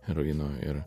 heroino ir